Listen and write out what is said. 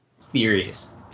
theories